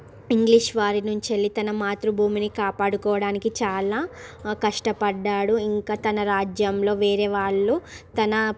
English వారి నుంచి వెళ్ళి తన మాతృభూమిని కాపాడుకోవడానికి చాలా కష్టపడినాడు ఇంకా తన రాజ్యంలో వేరే వాళ్ళు తన